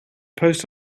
post